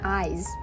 eyes